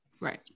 Right